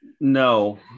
no